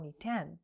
2010